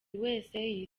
wese